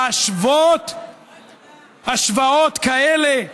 להשוות השוואות כאלה?